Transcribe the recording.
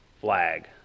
flag